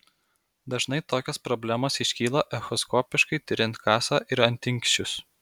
dažnai tokios problemos iškyla echoskopiškai tiriant kasą ir antinksčius